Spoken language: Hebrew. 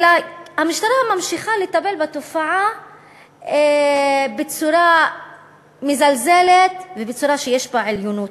אלא המשטרה ממשיכה לטפל בתופעה בצורה מזלזלת ובצורה שיש בה עליונות,